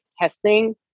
testing